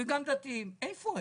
איפה הם?